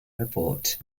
report